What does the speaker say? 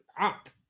up